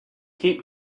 keep